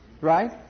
Right